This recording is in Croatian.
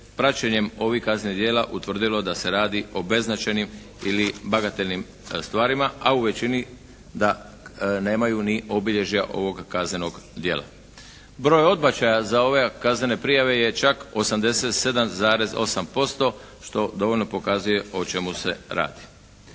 praćenjem ovih kaznenih djela utvrdilo da se radi o bezznačajnim ili bagatelnim stvarima, a u većini da nemaju ni obilježja ovog kaznenog djela. Broj odbačaja za ove kaznene prijave je čak 87,8% što dovoljno pokazuje o čemu se radi.